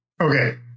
Okay